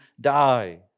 die